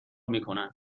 میکنند